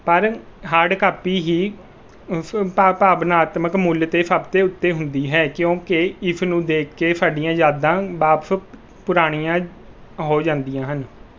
ਪਰ hard copy ਹੀ ਭਾਵ ਭਾਵਨਾਤਮਕ ਮੁੱਲ 'ਤੇ ਸਭ 'ਤੇ ਉੱਤੇ ਹੁੰਦੀ ਹੈ ਕਿਉਂਕਿ ਇਸ ਨੂੰ ਦੇਖ ਕੇ ਸਾਡੀਆਂ ਯਾਦਾਂ ਵਾਪਸ ਪੁਰਾਣੀਆਂ ਹੋ ਜਾਂਦੀਆਂ ਹਨ